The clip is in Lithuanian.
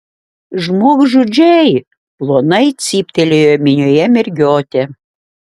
žmogžudžiai plonai cyptelėjo minioje mergiotė